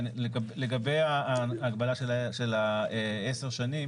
ולגבי ההגבלה של 10 שנים.